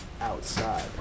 outside